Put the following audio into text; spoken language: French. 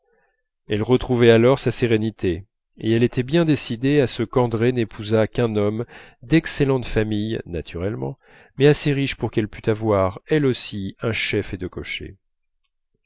elle retrouvait alors sa sérénité elle était bien décidée à ce qu'andrée n'épousât qu'un homme d'excellente famille naturellement mais assez riche pour qu'elle pût elle aussi avoir un chef et deux cochers